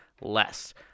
less